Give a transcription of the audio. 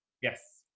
yes